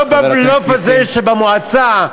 לא בבלוף הזה שבמועצה,